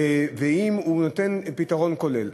ואם הוא פתרון כולל.